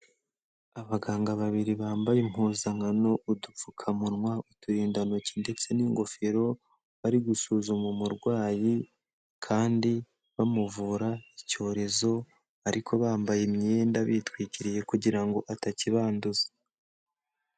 Abaganga babiri bambaye impuzankano, udupfukamunwa, uturinda ntoki ndetse n'ingofero, bari gusuzuma umurwayi kandi bamuvura icyorezo ariko bambaye imyenda bitwikiriye kugira ngo atakibanduza.